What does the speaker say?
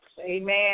amen